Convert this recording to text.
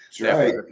right